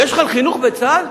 יש חיל חינוך בצה"ל.